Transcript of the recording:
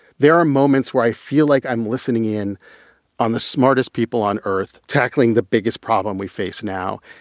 there are moments where i feel like i'm listening in on the smartest people on earth, tackling the biggest problem we face now.